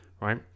right